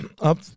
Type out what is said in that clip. Up